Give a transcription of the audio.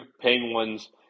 Penguins